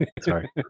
Sorry